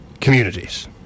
communities